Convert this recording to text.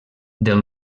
del